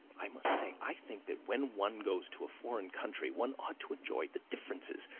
i must say i think that when one goes to a foreign country one ought to enjoy the differences.